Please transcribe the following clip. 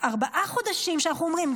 ארבעה חודשים שאנחנו אומרים,